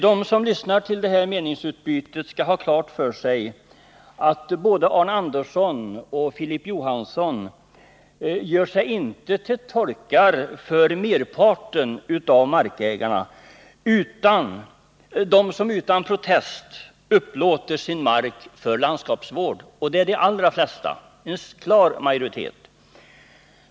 De som lyssnar till detta meningsutbyte skall ha klart för sig att Arne Andersson och Filip Johansson inte gör sig till tolkar för merparten av markägarna. De som utan protest upplåter sin mark för landskapsvård är i klar majoritet.